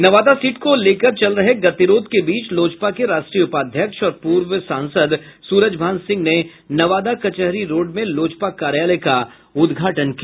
Nawada seat को लेकर चल रहे गतिरोध के बीच लोजपा के राष्ट्रीय उपाध्यक्ष और पूर्व सांसद सूरजभान सिंह ने नवादा कचहरी रोड में लोजपा कार्यालय का उदघाटन किया